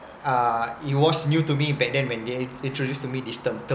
uh it was new to me back then when they introduced to me this term term